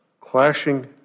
clashing